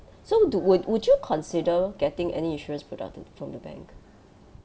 so do would would you consider getting any insurance product the from the bank